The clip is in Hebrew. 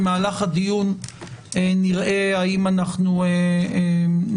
במהלך הדיון נראה האם אנחנו נדרשים